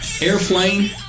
airplane